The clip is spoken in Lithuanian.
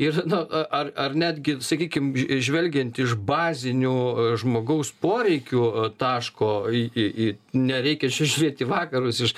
ir nu ar ar netgi sakykim žvelgiant iš bazinių žmogaus poreikių taško į nereikia čia žiūrėt į vakarus iš